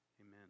Amen